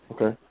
Okay